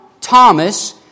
Thomas